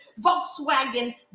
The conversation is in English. Volkswagen